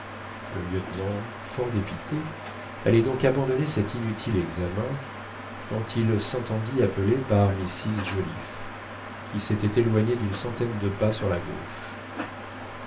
le lieutenant fort dépité allait donc abandonner cet inutile examen quand il s'entendit appeler par mrs joliffe qui s'était éloignée d'une centaine de pas sur la gauche